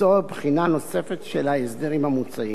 לצורך בחינה נוספת של ההסדרים המוצעים.